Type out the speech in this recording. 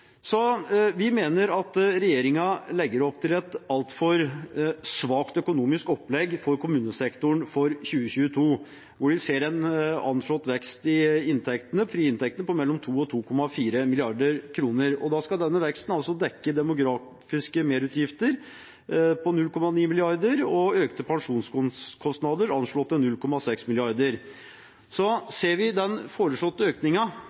Vi mener at regjeringen legger opp til et altfor svakt økonomisk opplegg for kommunesektoren for 2022. De ser en anslått vekst i inntektene – frie inntekter – på mellom 2 mrd. kr og 2,4 mrd. kr, og da skal denne veksten dekke demografiske merutgifter på 0,9 mrd. kr og økte pensjonskostnader, anslått til 0,6 mrd. kr. Ser vi den foreslåtte